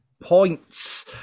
points